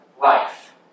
life